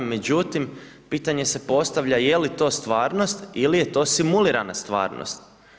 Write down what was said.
Međutim, pitanje se postavlja je li to stvarnost ili je to simulirana stvarnost?